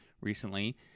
recently